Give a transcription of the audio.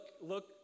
Look